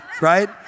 Right